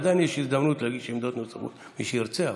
עדיין יש הזדמנות להגיש עמדות נוספות, מי שירצה.